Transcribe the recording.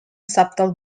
subtle